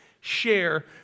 share